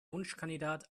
wunschkandidat